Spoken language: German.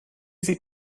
sieht